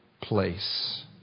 place